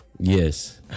Yes